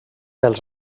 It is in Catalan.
els